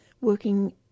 working